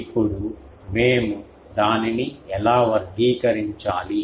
ఇప్పుడు మేము దానిని ఎలా వర్గీకరించాలి